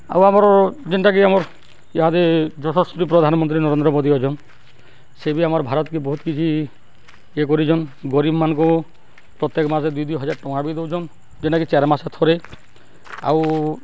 ଆଉ ଆମର୍ ଯେନ୍ଟାକି ଆମର୍ ଇହାଦେ ଯଶସ୍ୱୀ ପ୍ରଧାନମନ୍ତ୍ରୀ ନରେନ୍ଦ୍ର ମୋଦୀ ଅଛନ୍ ସେ ବି ଆମର୍ ଭାରତ୍କେ ବହୁତ୍ କିଛି ଇଏ କରିଚନ୍ ଗରିବ୍ମାନ୍କୁ ପ୍ରତ୍ୟେକ୍ ମାସେ ଦି ଦିହଜାର୍ ଟଙ୍କା ବି ଦଉଚନ୍ ଯେନ୍ଟକି ଚାର୍ ମାସେ ଥରେ ଆଉ